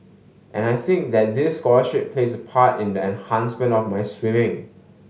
and I think that this scholarship plays a part in the enhancement of my swimming